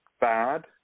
bad